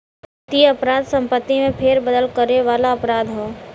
वित्तीय अपराध संपत्ति में फेरबदल करे वाला अपराध हौ